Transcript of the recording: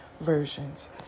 versions